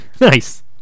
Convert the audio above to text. Nice